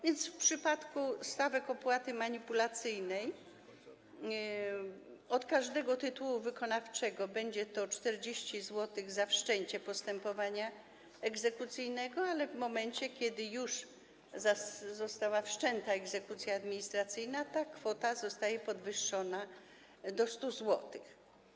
W przypadku stawek opłaty manipulacyjnej od każdego tytułu wykonawczego będzie to 40 zł za wszczęcie postępowania egzekucyjnego, ale w momencie kiedy już została wszczęta egzekucja administracyjna, ta kwota zostaje podwyższona do 100 zł.